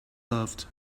loved